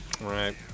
Right